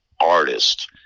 artist